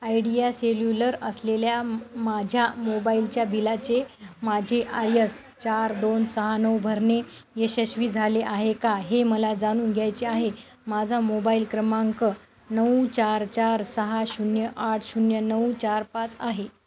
idea cellular असलेल्या माझ्या मोबाईलच्या बिलाचे माझे आर यस चार दोन सहा नऊ भरणे यशस्वी झाले आहे का हे मला जाणून घ्यायचे आहे माझा मोबाईल क्रमांक नऊ चार चार सहा शून्य आठ शून्य नऊ चार पाच आहे